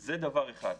זה אחד.